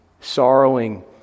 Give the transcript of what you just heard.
sorrowing